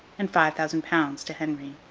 and five thousand pounds to henry.